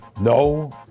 No